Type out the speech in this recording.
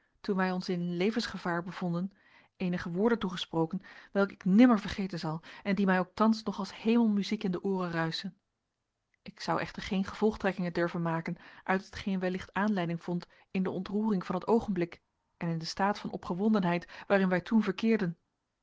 toen wij ons in levensgevaar bevonden eenige woorden toegesproken welke ik nimmer vergeten zal en die mij ook thans nog als hemelmuziek in de ooren ruischen ik zou echter geene gevolgtrekkingen durven maken uit hetgeen wellicht aanleiding vond in de ontroering van het oogenblik en in den staat van opgewondenheid waarin wij toen verkeerden